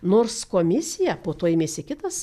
nors komisija po to ėmėsi kitas